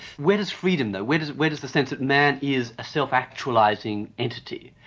where does freedom though, where does where does the sense that man is a self-actualising entity?